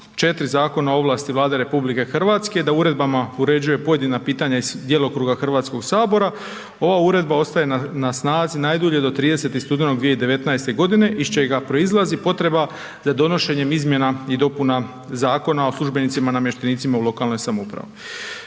4. Zakona o ovlasti Vlade RH da uredbama uređuje pojedina pitanja iz djelokruga Hrvatskoga sabora ova uredba ostaje na snazi najdulje do 30. studenog 2019. iz čega proizlazi potreba za donošenjem izmjena i dopuna Zakona o službenicima i namještenicima u lokalnoj samoupravi.